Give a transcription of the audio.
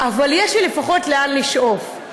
אבל יש לי לפחות לאן לשאוף.